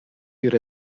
ihre